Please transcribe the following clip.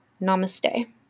Namaste